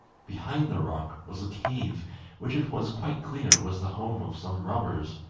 behind the rock was a cave which it was quite clear was the home of some robbers,